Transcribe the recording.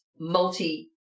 multi